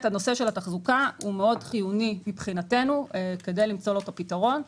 נושא התחזוקה הוא מאוד חיוני וצריך למצוא לו פתרון,